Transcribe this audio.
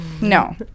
no